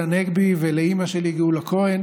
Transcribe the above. בנורבגיה יש רק 19 שרים.